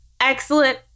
excellent